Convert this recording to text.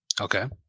okay